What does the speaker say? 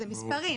זה מספרים.